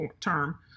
term